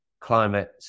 climate